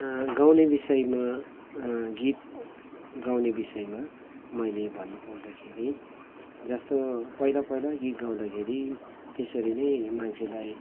गाउने बिषयमा गीत गाउने बिषयमा मैले भन्नु पर्दाखेरि जस्तो पहिला पहिला गीत गाउँदाखेरि त्यसरी नै मान्छेलाई